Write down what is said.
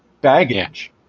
baggage